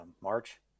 March